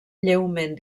lleument